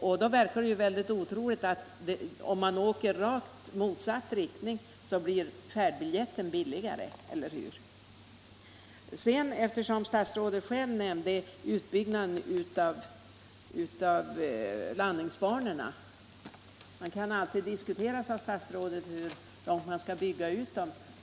Och det verkar ju otroligt att om man först flyger i rakt motsatt riktning så blir biljetten billigare. Slutligen nämnde statsrådet utbyggnaden av landningsbanorna. Man kan alltid diskutera, sade statsrådet, hur mycket man skall bygga ut banorna.